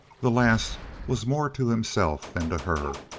the last was more to himself than to her.